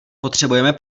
potřebujeme